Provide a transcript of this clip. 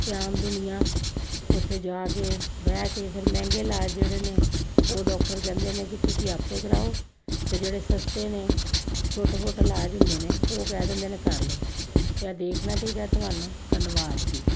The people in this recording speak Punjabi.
ਅਤੇ ਆਮ ਦੁਨੀਆ ਉੱਥੇ ਜਾ ਕੇ ਬਹਿ ਕੇ ਫਿਰ ਮਹਿੰਗੇ ਇਲਾਜ ਜਿਹੜੇ ਨੇ ਉਹ ਡਾਕਟਰ ਕਹਿੰਦੇ ਨੇ ਕਿ ਤੁਸੀਂ ਆਪੇ ਕਰਵਾਓ ਅਤੇ ਜਿਹੜੇ ਸਸਤੇ ਨੇ ਛੋਟੇ ਮੋਟੇ ਇਲਾਜ ਹੁੰਦੇ ਨੇ ਉਹ ਕਹਿ ਦਿੰਦੇ ਨੇ ਕਰ ਲਓ ਅਤੇ ਇਹ ਦੇਖਣਾ ਚਾਹੀਦਾ ਤੁਹਾਨੂੰ ਧੰਨਵਾਦ ਜੀ